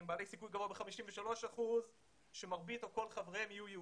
הם בעלי סיכוי גבוה ב-53 אחוזים שמרבית או כל חבריהם יהיו יהודים,